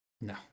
No